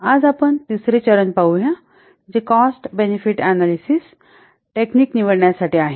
आज आपण तिसरे चरण पाहूया जे कॉस्ट बेनेफिट अनॅलिसिस टेक्निक निवडण्यासाठी आहे